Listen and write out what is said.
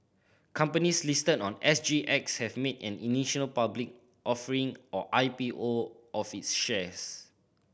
companies listed on S G X have made an initial public offering or I P O of its shares